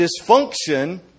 dysfunction